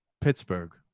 Pittsburgh